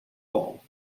ball